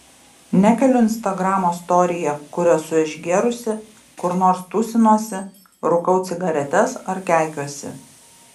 nekeliu instagramo storyje kur esu išgėrusi kur nors tūsinuosi rūkau cigaretes ar keikiuosi